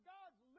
God's